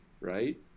right